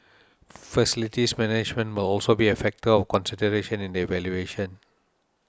facilities management will also be a factor of consideration in the evaluation